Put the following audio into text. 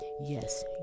Yes